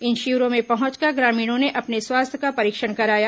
इन शिविरों में पहुंचकर ग्रामीणों ने अपने स्वास्थ्य का परीक्षण कराया